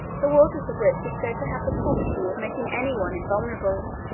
the waters of which were said to have the property of making any one invulnerable.